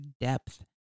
depth